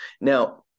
Now